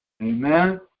Amen